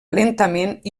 lentament